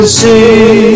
see